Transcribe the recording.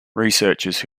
researchers